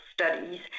studies